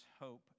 hope